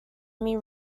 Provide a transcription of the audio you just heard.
semi